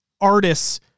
artists